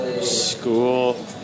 school